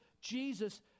Jesus